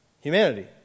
humanity